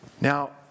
Now